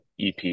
EP